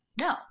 no